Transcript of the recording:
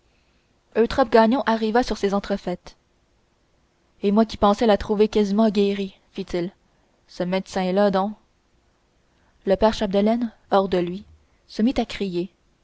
eutrope gagnon arriva sur ces entrefaites et moi qui pensais la trouver quasiment guérie fit-il ce médecin là donc le père chapdelaine hors de lui se mit à crier